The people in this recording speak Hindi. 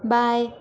बाएँ